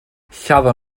lladdon